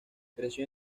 creció